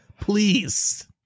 please